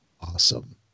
awesome